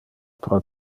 pro